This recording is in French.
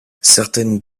certaines